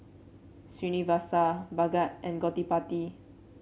Srinivasa Bhagat and Gottipati